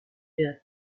wird